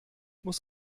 muss